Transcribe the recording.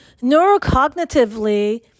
Neurocognitively